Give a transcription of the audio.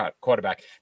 quarterback